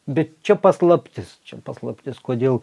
bet čia paslaptis čia paslaptis kodėl